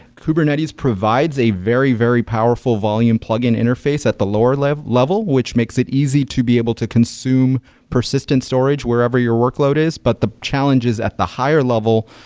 kubernetes provides a very, very powerful volume plug-in interface at the lower-level, which makes it easy to be able to consume persistent storage wherever your workload is. but the challenge is at the higher level,